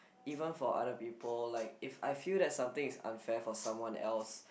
even for other people like if I feel that something is unfair for someone else